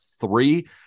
three